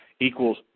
equals